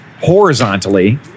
horizontally